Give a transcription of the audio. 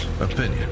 opinion